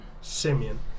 Simeon